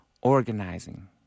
organizing